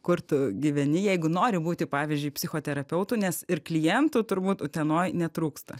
kur tu gyveni jeigu nori būti pavyzdžiui psichoterapeutu nes ir klientų turbūt utenoj netrūksta